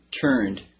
turned